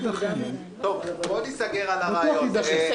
טוב, בואו ניסגר על הרעיון.